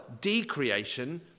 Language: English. decreation